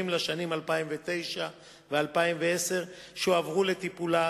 לשנים 2009 ו-2010 שהועברו לטיפולה,